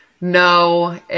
No